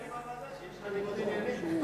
בוועדה שיש לך ניגוד עניינים.